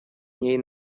ней